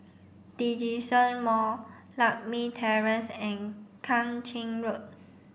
Djitsun Mall Lakme Terrace and Kang Ching Road